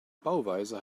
bauweise